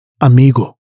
amigo